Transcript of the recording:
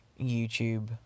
YouTube